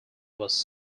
was